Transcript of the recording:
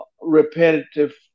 repetitive